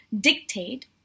dictate